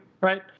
right